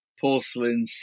porcelain